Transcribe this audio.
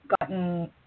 gotten